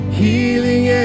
healing